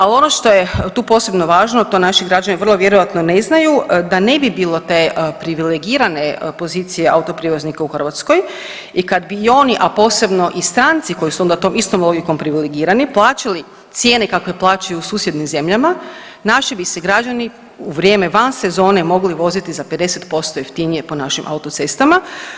A ono što je tu posebno važno, a to naši građani vrlo vjerojatno ne znaju, da ne bi bilo te privilegirane pozicije autoprijevoznika u Hrvatskoj i kad bi i oni, a posebno i stranci koji su onda tom istom logikom privilegirani plaćali cijene kakve plaćaju u susjednim zemljama, naši bi se građani u vrijeme van sezone mogli voziti za 50% jeftinije po našim autocestama.